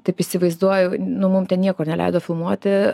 taip įsivaizduoju nu mum ten niekur neleido filmuoti